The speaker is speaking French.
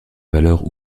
valeur